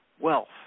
wealth